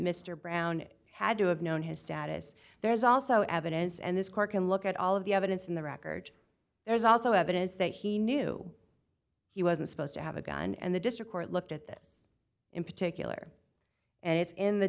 mr brown had to have known his status there's also evidence and this court can look at all of the evidence in the record there's also evidence that he knew he wasn't supposed to have a gun and the district court looked at this in particular and it's in the